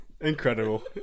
Incredible